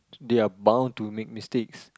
they are bound to make mistakes